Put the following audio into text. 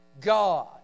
God